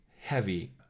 heavy